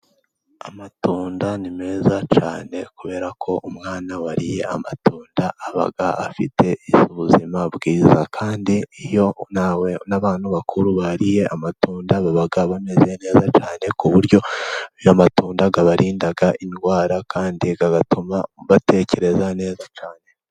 Amatunda ni meza cyane, kubera ko umwana wariye amatunda aba afite ubuzima bwiza. Kandi iyo n'abantu bakuru bariye amatunda baba bameze neza cyane, ku buryo amatunda abarinda indwara, kandi agatuma batekereza neza cyane.